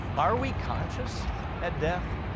are we conscious at death?